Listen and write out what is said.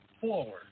forward